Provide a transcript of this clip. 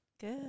good